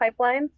pipelines